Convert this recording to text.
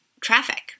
traffic